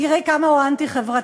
תראי כמה הוא אנטי-חברתי.